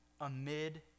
amid